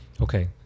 Okay